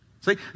See